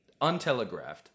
untelegraphed